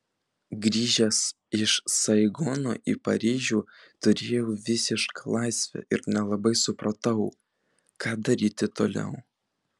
grįžęs iš saigono į paryžių turėjau visišką laisvę ir nelabai supratau ką daryti toliau